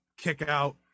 kickout